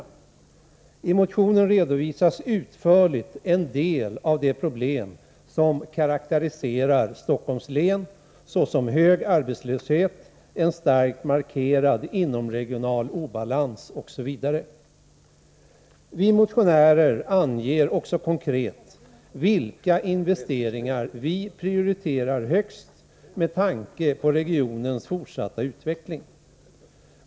I den motionen redovisas ingående en del av de problem karakteriserar Stockholms län, såsom hög arbetslöshet och en starkt markerad inomregional obalans. Vi motionärer anger också konkret vilka investeringar vi prioriterar högst med tanke på regionens fortsatta utveckling.